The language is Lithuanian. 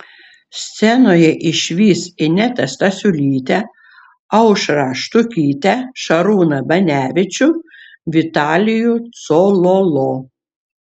scenoje išvys inetą stasiulytę aušrą štukytę šarūną banevičių vitalijų cololo